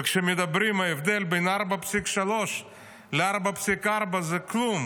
וכשמדברים על ההבדל בין 4.3 ל-4.4 זה כלום,